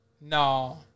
No